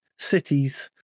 Cities